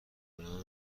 کارکنان